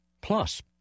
Plus